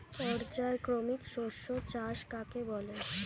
পর্যায়ক্রমিক শস্য চাষ কাকে বলে?